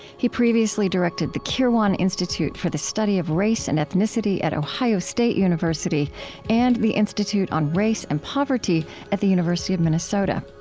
he previously directed the kirwan institute for the study of race and ethnicity at ohio state university and the institute on race and poverty at the university of minnesota.